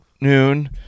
noon